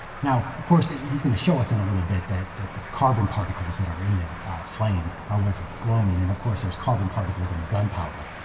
now, of course he's going to show us in a little bit that that the carbon particles that are in the flame are what's glowing and, of course, there's carbon particles in gunpowder.